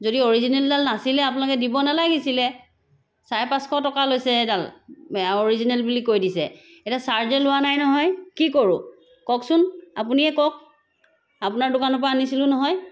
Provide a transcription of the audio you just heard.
যদি অৰিজিনেলডাল নাছিলে আপোনালোকে দিব নালাগিছিলে চাৰে পাঁচশ টকা লৈছে এডাল অৰিজিনেল বুলি কৈ দিছে এতিয়া চাৰ্জে লোৱা নাই নহয় কি কৰো কওকচোন আপুনিয়ে কওক আপোনাৰ দোকানৰ পৰা আনিছিলো নহয়